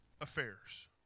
affairs